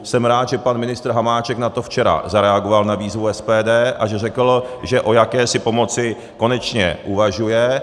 Jsem rád, že pan ministr Hamáček včera zareagoval na výzvu SPD a že řekl, že o jakési pomoci konečně uvažuje.